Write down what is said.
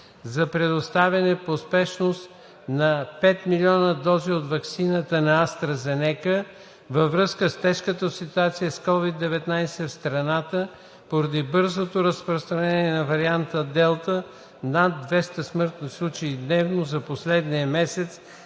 за предоставяне по спешност на 5 милиона дози от ваксината на АстраЗенека във връзка с тежката ситуация с COVID-19 в страната поради бързото разпространение на варианта „Делта“ – над 200 смъртни случая дневно за последния месец,